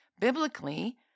Biblically